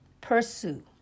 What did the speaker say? Pursue